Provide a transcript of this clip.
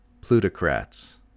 plutocrats